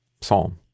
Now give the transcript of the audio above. psalm